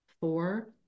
four